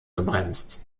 gebremst